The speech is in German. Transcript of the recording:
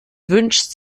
wünscht